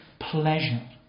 pleasure